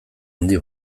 handi